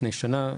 לפני שנה,